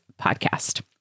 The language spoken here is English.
podcast